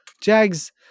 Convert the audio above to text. Jags